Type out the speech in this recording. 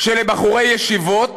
שלבחורי ישיבות